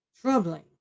troubling